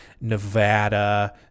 Nevada